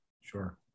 Sure